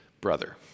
brother